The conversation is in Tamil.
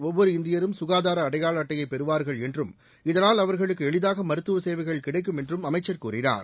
ஒவ்வொரு இந்தியரும் சுகாதார அடையாள அட்டையை பெறுவார்கள் என்றும் இதனால் அவர்களுக்கு எளிதாக மருத்துவ சேவைகள் கிடைக்கும் என்றும் அமைச்சர் கூறினார்